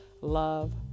love